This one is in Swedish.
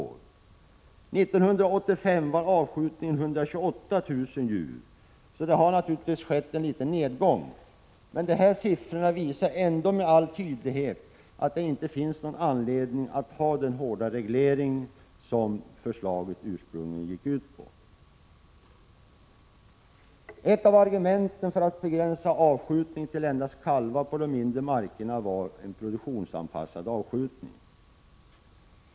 År 1985 var avskjutningen 128 000 djur, så det har ju skett en liten nedgång, men de här siffrorna visar ändå med all tydlighet att det inte finns någon anledning att ha den hårda reglering som ursprungligen föreslogs. Ett av argumenten för att begränsa avskjutningen på de mindre markerna till endast kalvar var en produktionsanpassad avskjutning.